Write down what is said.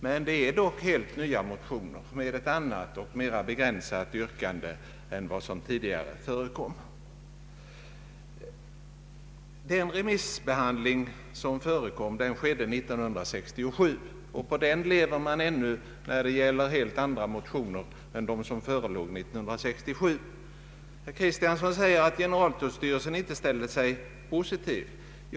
Det är dock i år helt nya motioner med ett annat och mera begränsat yrkande än det som tidigare förekom. Den remissbehandling som gjordes ägde rum 1967, och man faller fortfarande tillbaka på den fastän det nu gäller helt andra motioner än dem som förelåg 1967. Herr Kristiansson säger att generaltullstyrelsen vid det tillfället inte ställde sig positiv utan endast tillstyrkte en utredning.